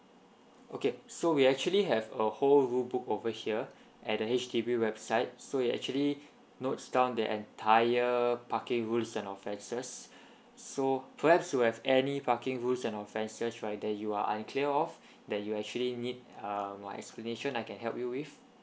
okay so we actually have a whole rule book over here and the H_D_B website so it actually notes down the entire parking rules and offenses so perhaps to have any parking rules and offenses right that you are unclear of that you actually need uh my explanation I can help you with